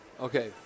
okay